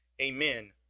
amen